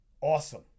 Awesome